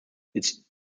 its